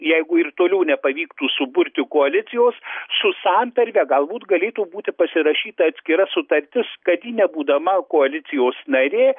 jeigu ir toliau nepavyktų suburti koalicijos su santarve galbūt galėtų būti pasirašyta atskira sutartis kad ji nebūdama koalicijos narė